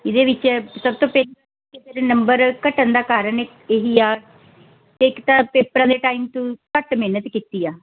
ਇਹਦੇ ਵਿੱਚ ਸਭ ਤੋਂ ਪਹਿਲਾਂ ਕਿ ਤੇਰੇ ਨੰਬਰ ਘਟਣ ਦਾ ਕਾਰਨ ਇਹੀ ਆ ਇੱਕ ਤਾਂ ਪੇਪਰਾਂ ਦੇ ਟਾਈਮ ਤੂੰ ਘੱਟ ਮਿਹਨਤ ਕੀਤੀ ਆ